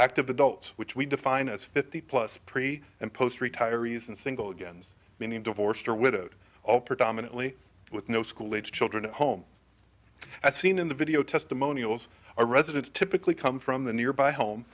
active adults which we define as fifty plus pre and post retirees and single again meaning divorced or widowed all predominately with no school age children at home as seen in the video testimonials are residents typically come from the nearby home